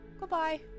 Goodbye